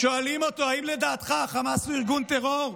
שואלים אותו: האם לדעתך החמאס הוא ארגון טרור?